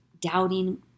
doubting